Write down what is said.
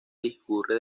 discurre